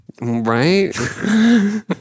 Right